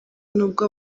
n’ubwo